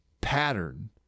pattern